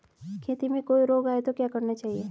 खेत में कोई रोग आये तो क्या करना चाहिए?